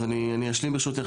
אז אני אשלים, ברשותך.